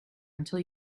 until